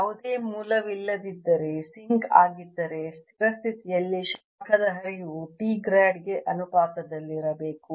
ಯಾವುದೇ ಮೂಲವಿಲ್ಲದಿದ್ದರೆ ಸಿಂಕ್ ಆಗಿದ್ದರೆ ಸ್ಥಿರ ಸ್ಥಿತಿಯಲ್ಲಿ ಶಾಖದ ಹರಿವು T ಗ್ರಾಡ್ ಗೆ ಅನುಪಾತದಲ್ಲಿರಬೇಕು